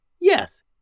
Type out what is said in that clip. Yes